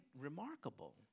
remarkable